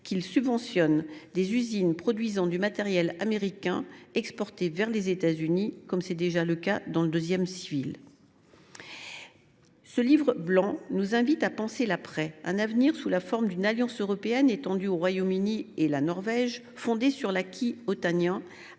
qu’il subventionne des usines produisant du matériel américain exporté vers les États Unis, comme c’est déjà le cas dans le domaine civil. Ce livre blanc nous invite à penser l’après, un avenir sous la forme d’une alliance européenne étendue au Royaume Uni et à la Norvège, fondée sur l’acquis otanien